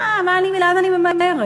מה, לאן אני ממהרת?